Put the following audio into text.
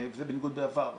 זה בניגוד לעבר.